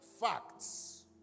facts